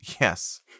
Yes